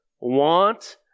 want